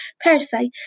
Parasite